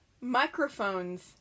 Microphones